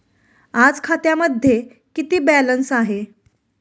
आज खात्यामध्ये किती बॅलन्स आहे?